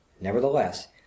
nevertheless